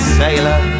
sailor